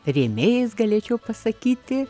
rėmėjais galėčiau pasakyti